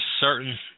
certain